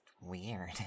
weird